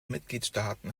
mitgliedstaaten